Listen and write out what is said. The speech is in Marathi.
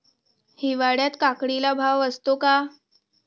हिवाळ्यात काकडीला भाव असतो का?